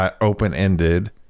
open-ended